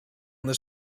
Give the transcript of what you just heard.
this